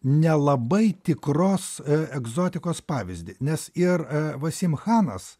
nelabai tikros egzotikos pavyzdį nes ir vasim chanas